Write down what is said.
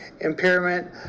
impairment